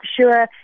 sure